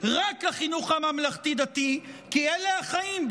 אלה החיים.